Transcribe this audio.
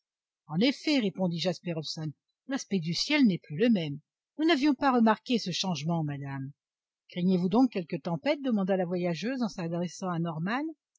en effet répondit jasper hobson l'aspect du ciel n'est plus le même nous n'avions pas remarqué ce changement madame craignez-vous donc quelque tempête demanda la voyageuse en s'adressant à norman